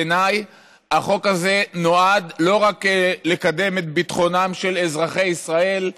בעיניי החוק הזה נועד לא רק לקדם את ביטחונם של אזרחי ישראל,